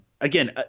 again